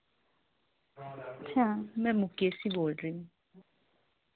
अच्छा मैं मुकेशी बोल रही हूँ